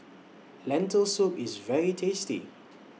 Lentil Soup IS very tasty